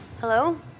Hello